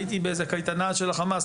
הייתי באיזה קייטנה של החמאס,